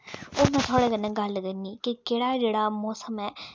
हून में थुआढ़े कन्नै गल्ल करनी कि केह्ड़ा जेह्ड़ा मौसम ऐ